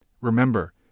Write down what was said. Remember